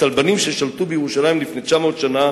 הצלבנים ששלטו בירושלים לפני 900 שנה